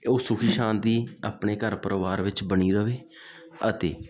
ਉਹ ਸੁਖੀ ਸ਼ਾਤੀ ਆਪਣੇ ਘਰ ਪਰਿਵਾਰ ਵਿੱਚ ਬਣੀ ਰਹੇ ਅਤੇ